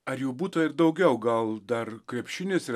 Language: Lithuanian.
ar jų būta ir daugiau gal dar krepšinis ir